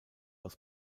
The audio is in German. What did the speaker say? aus